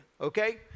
Okay